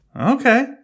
Okay